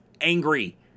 angry